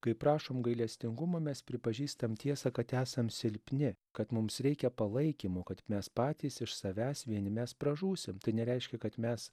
kaip prašom gailestingumo mes pripažįstam tiesą kad esam silpni kad mums reikia palaikymo kad mes patys iš savęs vieni mes pražūsim tai nereiškia kad mes